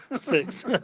Six